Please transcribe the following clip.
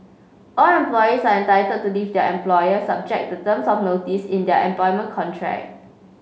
all employees are entitled to leave their employer subject to terms of notice in their employment contract